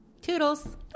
toodles